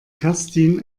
kerstin